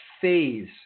phase